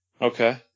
Okay